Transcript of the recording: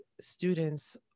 students